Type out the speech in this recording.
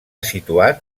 situat